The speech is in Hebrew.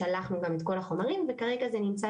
שלחנו גם את כל החומרים וכרגע זה נמצא